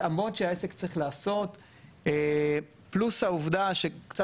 התאמות שהעסק צריך לעשות פלוס העובדה של